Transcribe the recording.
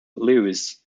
lewis